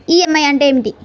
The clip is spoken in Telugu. ఈ.ఎం.ఐ అంటే ఏమిటి?